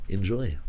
Enjoy